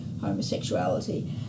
homosexuality